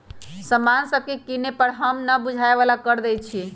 समान सभके किने पर हम न बूझाय बला कर देँई छियइ